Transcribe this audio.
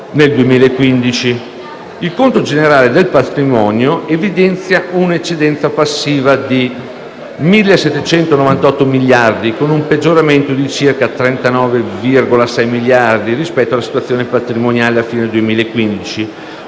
nel 2015. Il conto generale del patrimonio evidenzia una eccedenza passiva di 1.798 miliardi, con un peggioramento di circa 39,6 miliardi rispetto alla situazione patrimoniale a fine 2015,